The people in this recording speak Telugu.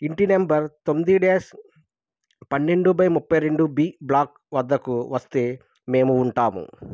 ఇంటి నెంబర్ తొమ్మిది డాష్ పన్నెండు బై ముప్పై రెండు బి బ్లాక్ వద్దకు వస్తే మేము ఉంటాము